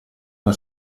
una